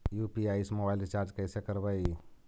UPI से mobile recharge कैसे करबइ?